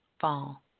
fall